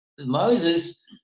Moses